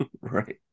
Right